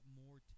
more